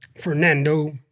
Fernando